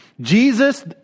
Jesus